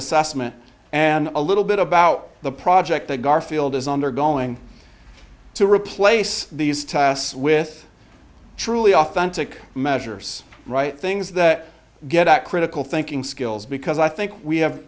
assessment and a little bit about the project that garfield is on they're going to replace these tests with truly authentic measures right things that get that critical thinking skills because i think we have